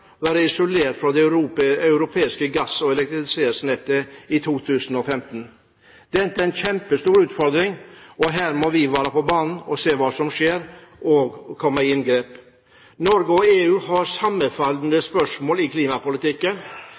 isolert fra det europeiske gass- og elektrisitetsnettet etter 2015. Dette er en kjempestor utfordring, og her må vi være på banen og se hva som skjer og komme med inngrep. Norge og EU har sammenfallende spørsmål i klimapolitikken.